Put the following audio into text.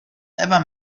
ever